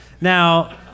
Now